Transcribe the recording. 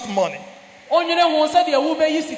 money